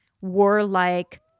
warlike